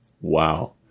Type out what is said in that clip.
Wow